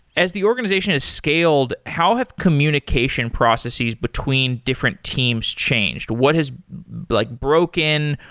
as the organization has scaled, how have communication processes between different teams changed? what has like broken?